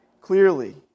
clearly